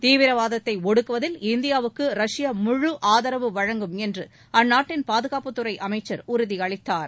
தீவிரவாதத்தை ஒடுக்குவதில் இந்தியாவுக்கு ரஷ்யா முழு ஆதரவு வழங்கும் என்ற அந்நாட்டின் பாதுகாப்புத்துறை அமைச்சர் உறுதி அளித்தார்